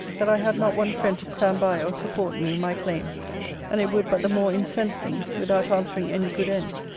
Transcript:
that i had not one friend to stand by or support me in my claim and it would but the more incense them, without answering any good end.